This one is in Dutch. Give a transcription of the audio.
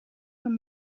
van